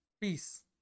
Peace